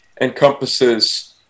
encompasses